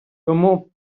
тому